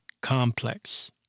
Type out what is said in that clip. complex